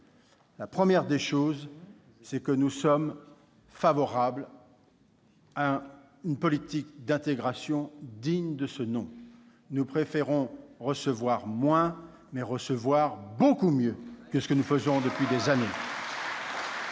rappeler. Tout d'abord, nous sommes favorables à une politique d'intégration digne de ce nom. Nous préférons recevoir moins, mais recevoir beaucoup mieux que ce que nous faisons depuis des années.